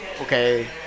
okay